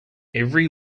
every